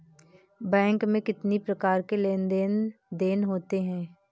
Bank में कितनी प्रकार के लेन देन देन होते हैं?